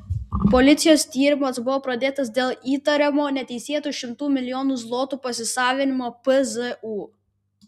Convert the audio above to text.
policijos tyrimas buvo pradėtas dėl įtariamo neteisėto šimtų milijonų zlotų pasisavinimo pzu